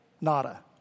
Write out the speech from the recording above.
nada